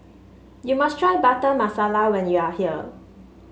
you must try Butter Masala when you are here